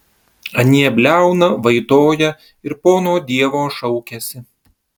anie bliauna vaitoja ir pono dievo šaukiasi